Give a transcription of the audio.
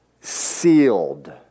sealed